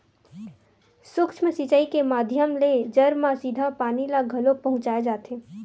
सूक्ष्म सिचई के माधियम ले जर म सीधा पानी ल घलोक पहुँचाय जाथे